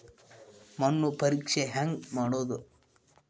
ಮಣ್ಣು ಪರೇಕ್ಷೆ ಹೆಂಗ್ ಮಾಡೋದು?